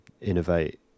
innovate